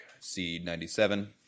C97